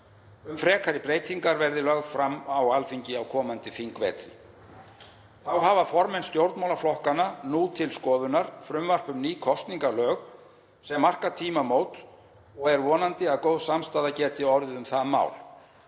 um frekari breytingar verði lögð fram á Alþingi á komandi þingvetri. Þá hafa formenn stjórnmálaflokkanna nú til skoðunar frumvarp um ný kosningalög sem marka tímamót og er vonandi að góð samstaða geti orðið um það mál.